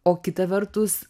o kita vertus